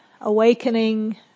Awakening